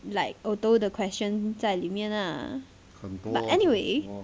like although the question 在里面 lah but anyway